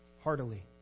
heartily